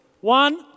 One